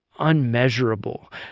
unmeasurable